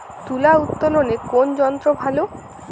তুলা উত্তোলনে কোন যন্ত্র ভালো?